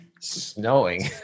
snowing